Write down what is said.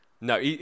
No